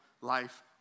life